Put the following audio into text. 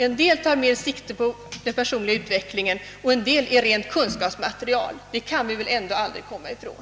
En del tar mer sikte på den personliga utvecklingen, en del är rent kunskapsmaterial. Detta går inte att komma ifrån.